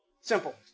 Simple